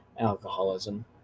Alcoholism